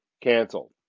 canceled